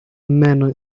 men